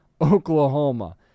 Oklahoma